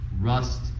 rust